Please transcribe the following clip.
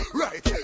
right